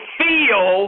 feel